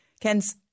Ken's